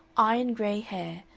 iron-gray hair,